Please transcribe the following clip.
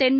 தென்னை